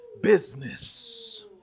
business